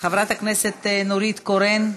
חברת הכנסת נורית קורן,